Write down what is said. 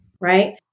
right